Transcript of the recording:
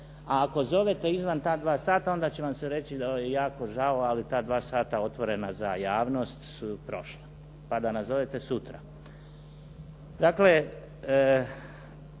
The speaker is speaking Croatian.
a ako zovete izvan ta dva sata onda će vam se reći da je jako žao ali ta dva sata otvorena za javnost su prošla, pa da nazovete sutra. Dakle,